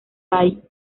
light